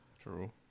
True